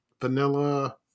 vanilla